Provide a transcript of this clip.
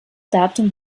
datum